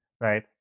right